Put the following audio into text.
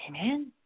Amen